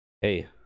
hey